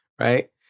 right